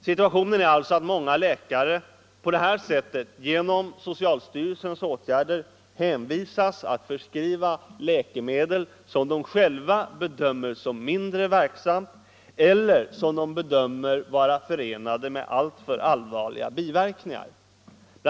Situationen är alltså den att många läkare genom socialstyrelsens åtgärder hänvisas till att förskriva läkemedel som de själva bedömer som mindre verksamma eller som förenade med alltför allvarliga biverkningar. Bl.